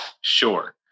Sure